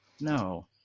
no